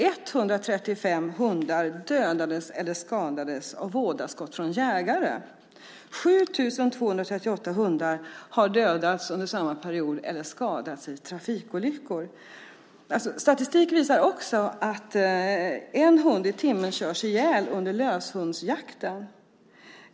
135 hundar dödades eller skadades av vådaskott från jägare. 7 238 hundar dödades eller skadades under samma period i trafikolyckor. Statistik visar också att en hund i timmen körs ihjäl under löshundsjakten.